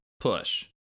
Push